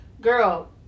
girl